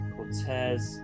Cortez